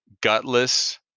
gutless